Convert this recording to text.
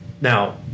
Now